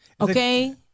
Okay